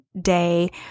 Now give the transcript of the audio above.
day